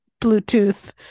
Bluetooth